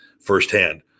firsthand